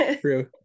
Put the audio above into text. true